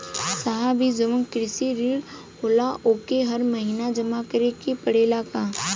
साहब ई जवन कृषि ऋण होला ओके हर महिना जमा करे के पणेला का?